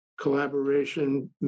collaboration